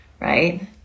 right